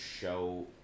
show